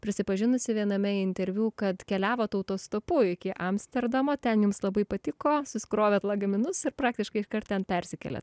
prisipažinusi viename interviu kad keliavot autostopu iki amsterdamo ten jums labai patiko susikrovėt lagaminus ir praktiškai iškart ten persikelėt